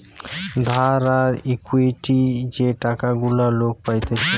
ধার আর ইকুইটি যে টাকা গুলা লোক পাইতেছে